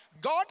God